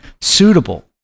suitable